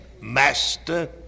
Master